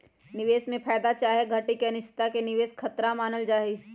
निवेश में फयदा चाहे घटि के अनिश्चितता के निवेश खतरा मानल जाइ छइ